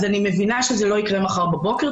אני מבינה שזה לא יקרה מחר בבוקר.